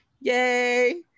Yay